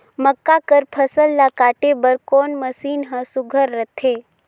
मक्का कर फसल ला काटे बर कोन मशीन ह सुघ्घर रथे?